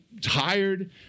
tired